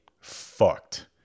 fucked